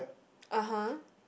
(uh huh)